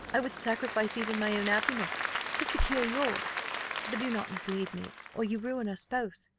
i would sacrifice even my own happiness to secure yours but do not mislead me, or you ruin us both.